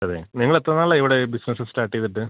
അതെ നിങ്ങളെത്ര നാളായി ഇവിടെ ബിസ്നെസ്സ് സ്റ്റാട്ടെയ്തിട്ട്